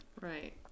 Right